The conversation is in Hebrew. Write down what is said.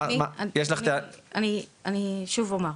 אני שוב אומר,